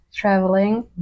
traveling